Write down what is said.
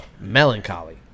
melancholy